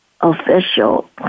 official